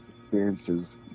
experiences